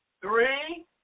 three